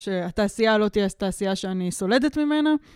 שהתעשייה לא תהיה תעשייה שאני סולדת ממנה.